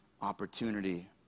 opportunity